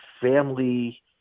family